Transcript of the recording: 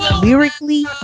lyrically